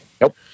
Nope